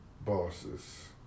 Bosses